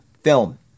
film